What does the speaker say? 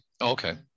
Okay